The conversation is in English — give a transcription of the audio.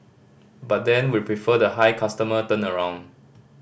but then we prefer the high customer turnaround